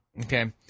okay